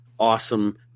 Awesome